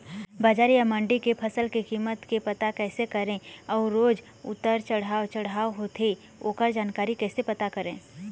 बजार या मंडी के फसल के कीमत के पता कैसे करें अऊ रोज उतर चढ़व चढ़व होथे ओकर जानकारी कैसे पता करें?